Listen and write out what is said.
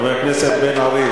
חבר הכנסת בן-ארי,